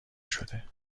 شده